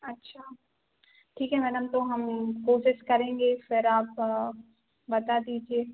अच्छा ठीक है मैडम तो हम कोशिश करेंगे फिर आप बता दीजिए